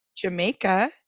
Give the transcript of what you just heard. Jamaica